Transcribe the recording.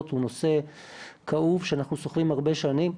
הוא נושא כאוב שאנחנו סוחבים הרבה שנים.